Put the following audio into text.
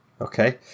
Okay